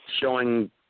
showing